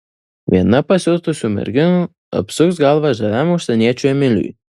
viena pasiutusių merginų apsuks galvą žaviam užsieniečiui emiliui